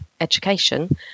education